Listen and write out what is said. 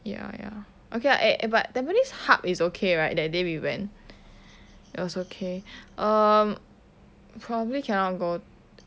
ya ya okay lah eh but tampines hub is okay right that day we went it was okay um probably cannot go